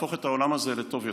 להפוך את העולם הזה לטוב יותר.